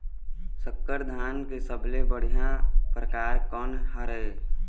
संकर धान के सबले बढ़िया परकार कोन हर ये?